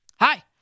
Hi